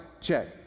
check